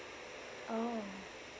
oh